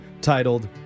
titled